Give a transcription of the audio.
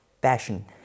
passion